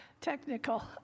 Technical